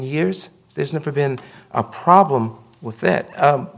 years there's never been a problem with that